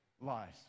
lies